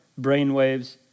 brainwaves